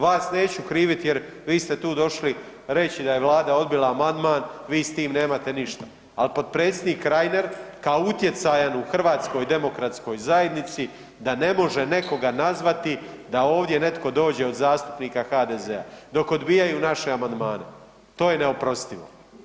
Vas neću kriviti jer vi ste tu došli reći da je Vlada odbila amandman, vi s tim nemate ništa, ali potpredsjednik Reiner kao utjecajan u HDZ-u da ne može nekoga nazvati da ovdje netko dođe od zastupnika HDZ-a dok odbijaju naše amandmane, to je neoprostivo.